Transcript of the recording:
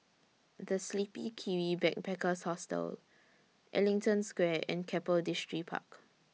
The Sleepy Kiwi Backpackers Hostel Ellington Square and Keppel Distripark